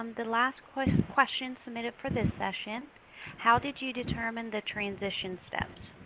um the last question question submitted for this session how did you determine the transition steps?